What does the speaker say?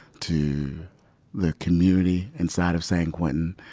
to the community inside of san quentin,